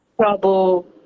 trouble